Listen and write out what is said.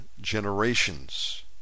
generations